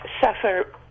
suffer